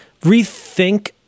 rethink